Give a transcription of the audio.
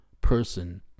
person